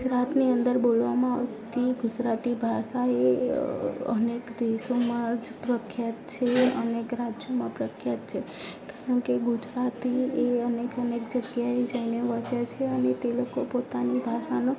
ગુજરાતની અંદર બોલવામાં આવતી ગુજરાતી ભાષા એ અનેક દેશોમાં જ પ્રખ્યાત છે અનેક રાજ્યોમાં પ્રખ્યાત છે કારણ કે ગુજરાતી એ અનેક અનેક જગ્યાએ જઈને વસે છે અને તે લોકો પોતાની ભાષાનો